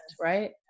right